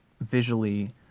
visually